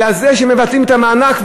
אלא שמבטלים את המענק,